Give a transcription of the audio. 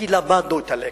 כי למדנו את הלקח.